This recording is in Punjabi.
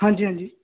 ਹਾਂਜੀ ਹਾਂਜੀ